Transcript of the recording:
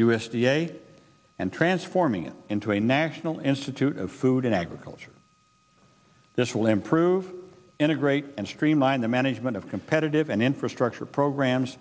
a and transforming it into a national institute of food and agriculture this will improve integrate and streamline the management of competitive and infrastructure programs